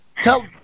Tell